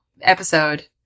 episode